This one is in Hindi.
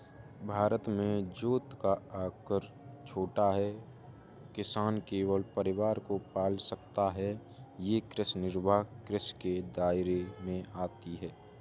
भारत में जोत का आकर छोटा है, किसान केवल परिवार को पाल सकता है ये कृषि निर्वाह कृषि के दायरे में आती है